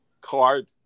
card